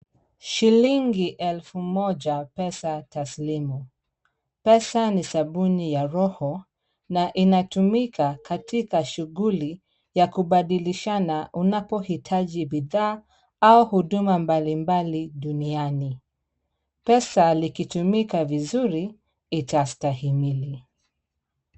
Shilingi elfu moja pesa taslimu. Pesa ni sabuni ya roho na inatumika katika shughuli ya kubadilishana unapohitaji bidhaa au huduma mbalimbali duniani. Pesa likitumika vizuri itastahimili.